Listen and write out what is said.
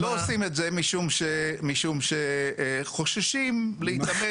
לא עושים את זה משום שחוששים להתעמת.